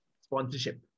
sponsorship